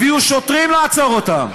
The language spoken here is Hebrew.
הביאו שוטרים לעצור אותם.